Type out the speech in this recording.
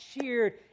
cheered